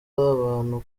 abantu